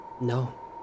No